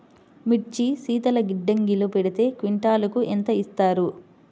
మిర్చి శీతల గిడ్డంగిలో పెడితే క్వింటాలుకు ఎంత ఇస్తారు?